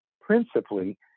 principally